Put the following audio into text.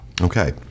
Okay